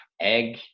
egg